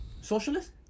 Socialist